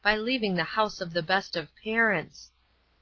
by leaving the house of the best of parents